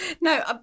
No